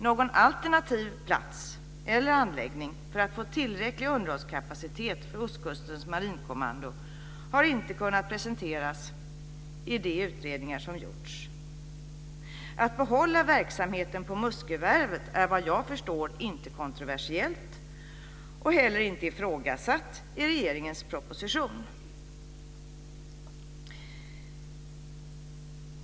Någon alternativ plats eller anläggning med tillräcklig underhållskapacitet för Ostkustens marinkommando har inte kunnat presenteras i de utredningar som gjorts. Att behålla verksamheten på Muskövarvet är, vad jag förstår, inte kontroversiellt och inte heller ifrågasatt i regeringens proposition.